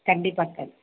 கண்டிப்பாக